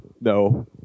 no